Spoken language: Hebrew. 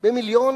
במיליון